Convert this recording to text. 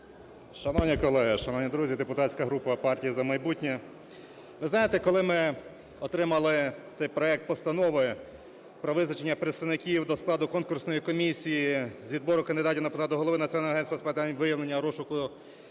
Шановні колеги, шановні друзі! Депутатська група партія "За майбутнє". Ви знаєте, коли ми отримали цей проект постанови про визначення представників до складу конкурсної комісії з відбору кандидатів на посаду Голови Національного агентства з питань виявлення, розшуку